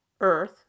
earth